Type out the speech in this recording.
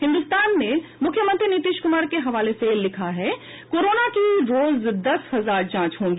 हिन्दुस्तान ने मुख्यमंत्री नीतीश कुमार के हवाले से लिखा है कोरोना की रोज दस हजार जांच होगी